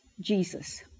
Jesus